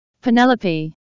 Penelope